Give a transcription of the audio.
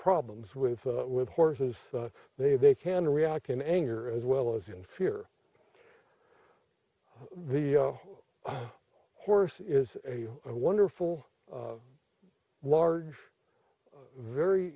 problems with with horses they they can react in anger as well as in fear the horse is a wonderful large very